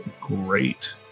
Great